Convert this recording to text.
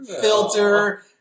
filter